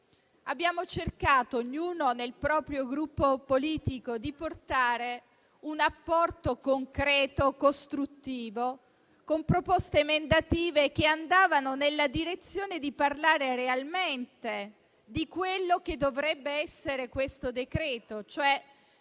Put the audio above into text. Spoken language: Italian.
relatore, che, ognuno nel proprio Gruppo, abbiamo cercato di portare un apporto concreto e costruttivo, con proposte emendative che andavano nella direzione di parlare realmente di quello che dovrebbe essere questo decreto-legge,